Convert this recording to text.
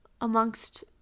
amongst